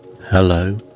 Hello